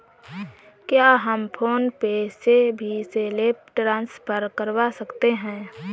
क्या हम PhonePe से भी सेल्फ ट्रांसफर करवा सकते हैं?